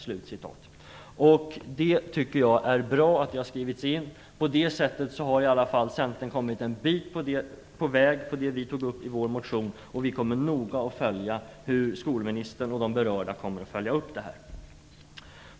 Jag tycker att det är bra att detta har skrivits in. På det sättet har Centern i varje fall kommit ett stycke på väg mot det som vi tog upp i vår motion, och vi skall noga följa hur skolministern och övriga berörda kommer att följa upp detta.